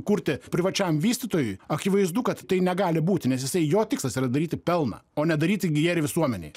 kurti privačiam vystytojui akivaizdu kad tai negali būti nes jisai jo tikslas yra daryti pelną o ne daryti gėrį visuomenei